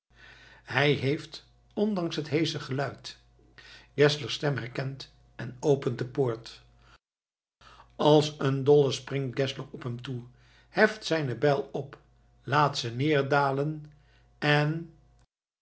hij heeft ondanks het heesche geluid geszlers stem herkend en opent de poort als een dolle springt geszler op hem toe heft zijne bijl op laat ze neerdalen en